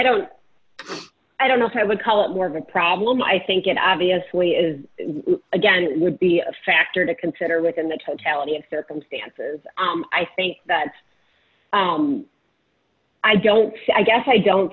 don't i don't know if i would call it more of a problem i think it obviously is again it would be a factor to consider within the totality of circumstances i think that i don't i guess i don't